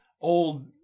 old